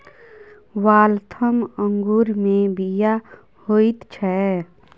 Waltham अंगूरमे बीया होइत छै